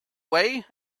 way